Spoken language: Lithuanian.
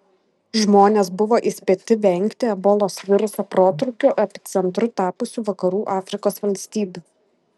žmonės buvo įspėti vengti ebolos viruso protrūkio epicentru tapusių vakarų afrikos valstybių